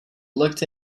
looked